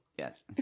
Yes